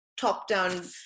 top-down